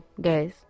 guys